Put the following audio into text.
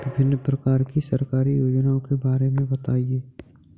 विभिन्न प्रकार की सरकारी योजनाओं के बारे में बताइए?